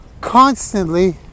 constantly